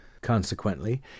Consequently